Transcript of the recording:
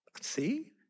See